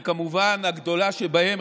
וכמובן הגדולה שבהן,